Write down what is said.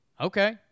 okay